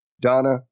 Donna